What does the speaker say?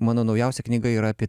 mano naujausia knyga yra apie